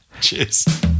Cheers